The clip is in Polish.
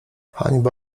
hańba